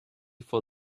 for